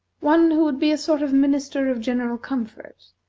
one who would be a sort of minister of general comfort,